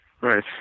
Right